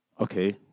Okay